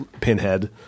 pinhead